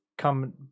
Come